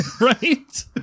right